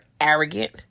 arrogant